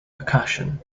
percussion